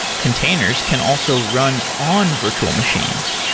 containers can also run on virtual machines.